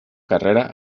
carrera